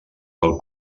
pel